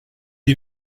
est